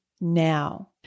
now